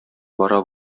бара